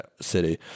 city